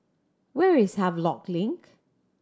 where is Havelock Link